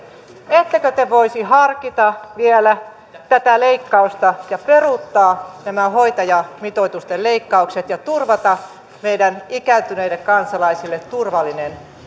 ettekö te voisi harkita vielä tätä leikkausta ja peruuttaa nämä hoitajamitoitusten leikkaukset ja turvata meidän ikääntyneille kansalaisille turvallisen